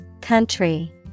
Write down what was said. Country